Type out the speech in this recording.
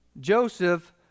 Joseph